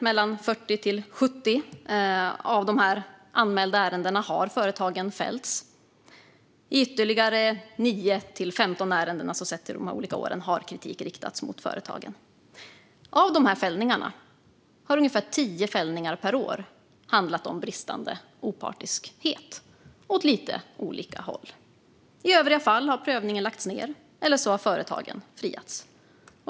Mellan 40 och 70 av de anmälda ärendena har företagen årligen fällts för. I ytterligare mellan 9 och 15 ärenden har kritik riktats mot företagen. Av dessa fällningar har ungefär 10 fällningar per år handlat om bristande opartiskhet åt lite olika håll. I övriga fall har prövningen lagts ned, eller också har företagen friats.